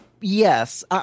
Yes